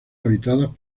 habitadas